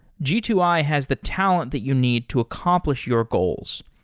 g two i has the talent that you need to accomplish your goals.